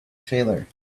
trailer